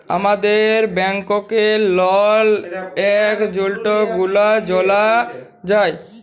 আমাদের ব্যাংকের লল একাউল্ট গুলা জালা যায়